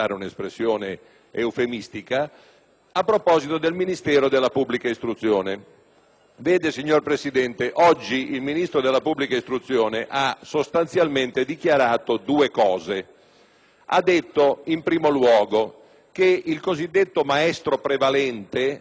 Signor Presidente, oggi il Ministro della pubblica istruzione ha sostanzialmente dichiarato due cose. Ha detto, in primo luogo, che il cosiddetto maestro prevalente (evoluzione dell'idea del maestro unico nella scuola primaria)